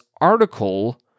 article